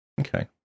Okay